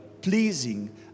pleasing